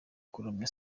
kuramya